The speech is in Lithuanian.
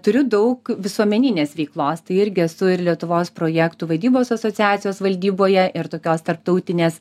turiu daug visuomeninės veiklos tai irgi esu ir lietuvos projektų vadybos asociacijos valdyboje ir tokios tarptautinės